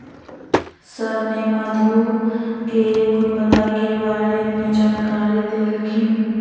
sir ने मधु के गुणवत्ता के बारे में जानकारी देल खिन